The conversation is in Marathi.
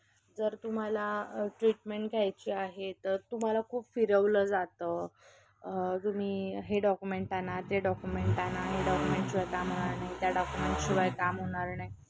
जर तुम्हाला ट्रीटमेंट घ्यायची आहे तर तुम्हाला खूप फिरवलं जातं तुम्ही हे डॉक्युमेंट आणा ते डॉक्युमेट आणा हे डॉक्युमेंट शिवाय काम होणार नाही त्या डॉक्युमेंट शिवाय काम होणार नाही